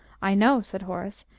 i know, said horace.